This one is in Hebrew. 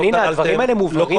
נינא, הדברים האלה מובהרים אצלכם?